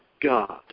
God